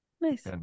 Nice